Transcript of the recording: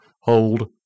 Hold